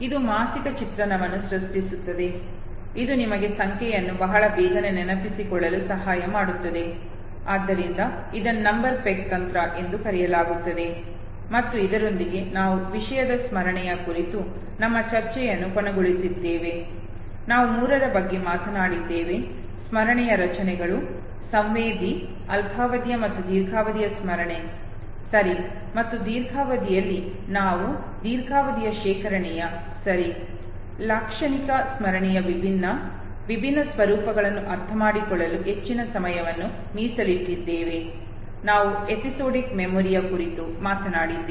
ಇದು ಮಾನಸಿಕ ಚಿತ್ರಣವನ್ನು ಸೃಷ್ಟಿಸುತ್ತದೆ ಇದು ನಿಮಗೆ ಸಂಖ್ಯೆಯನ್ನು ಬಹಳ ಬೇಗನೆ ನೆನಪಿಸಿಕೊಳ್ಳಲು ಸಹಾಯ ಮಾಡುತ್ತದೆ ಆದ್ದರಿಂದ ಇದನ್ನು ನಂಬರ್ ಪೆಗ್ ತಂತ್ರ ಎಂದು ಕರೆಯಲಾಗುತ್ತದೆ ಮತ್ತು ಇದರೊಂದಿಗೆ ನಾವು ವಿಷಯದ ಸ್ಮರಣೆಯ ಕುರಿತು ನಮ್ಮ ಚರ್ಚೆಯನ್ನು ಕೊನೆಗೊಳಿಸಿದ್ದೇವೆ ನಾವು ಮೂರರ ಬಗ್ಗೆ ಮಾತನಾಡಿದ್ದೇವೆ ಸ್ಮರಣೆಯ ರಚನೆಗಳು ಸಂವೇದಿ ಅಲ್ಪಾವಧಿಯ ಮತ್ತು ದೀರ್ಘಾವಧಿಯ ಸ್ಮರಣೆ ಸರಿ ಮತ್ತು ದೀರ್ಘಾವಧಿಯಲ್ಲಿ ನಾವು ದೀರ್ಘಾವಧಿಯ ಶೇಖರಣೆಯ ಸರಿ ಲಾಕ್ಷಣಿಕ ಸ್ಮರಣೆಯ ವಿಭಿನ್ನ ವಿಭಿನ್ನ ಸ್ವರೂಪಗಳನ್ನು ಅರ್ಥಮಾಡಿಕೊಳ್ಳಲು ಹೆಚ್ಚಿನ ಸಮಯವನ್ನು ಮೀಸಲಿಟ್ಟಿದ್ದೇವೆ ನಾವು ಎಪಿಸೋಡಿಕ್ ಮೆಮೊರಿ ಕುರಿತು ಮಾತನಾಡಿದ್ದೇವೆ